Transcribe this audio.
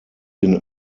den